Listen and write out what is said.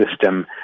system